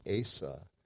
Asa